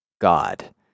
God